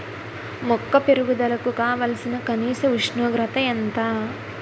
మొక్క పెరుగుదలకు కావాల్సిన కనీస ఉష్ణోగ్రత ఎంత?